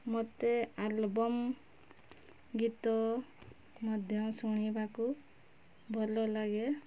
ମତେ ଆଲବମ୍ ଗୀତ ମଧ୍ୟ ଶୁଣିବାକୁ ଭଲ ଲାଗେ